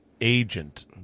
agent